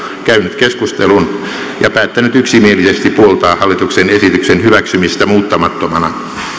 käynyt keskustelun ja päättänyt yksimielisesti puoltaa hallituksen esityksen hyväksymistä muuttamattomana